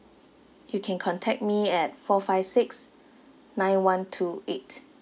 you can contact me at four five six nine one two eight